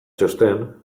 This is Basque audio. txosten